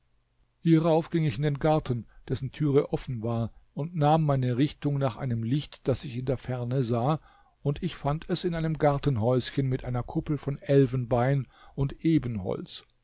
hierauf ging ich in den garten dessen türe offen war und nahm meine richtung nach einem licht das ich in der ferne sah und ich fand es in einem gartenhäuschen mit einer kuppel von elfenbein und